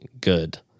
good